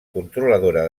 controladora